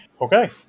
okay